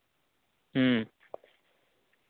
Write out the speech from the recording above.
ᱦᱮᱸ